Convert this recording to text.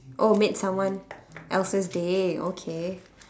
oh made someone else's day okay